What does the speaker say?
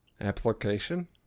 Application